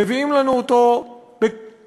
מביאים לנו אותו בשיעורים,